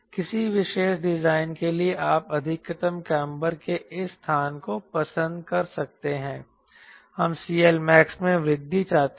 किसी विशेष डिज़ाइन के लिए आप अधिकतम काम्बर के इस स्थान को पसंद कर सकते हैं हम CLmax में वृद्धि चाहते हैं